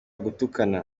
gutukana